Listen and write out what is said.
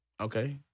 Okay